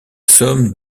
somme